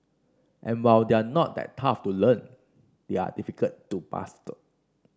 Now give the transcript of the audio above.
and while they are not that tough to learn they are difficult to master